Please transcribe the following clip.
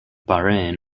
bahrain